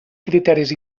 criteris